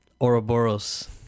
Ouroboros